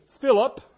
Philip